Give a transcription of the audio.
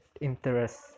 interest